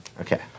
Okay